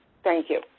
thank you.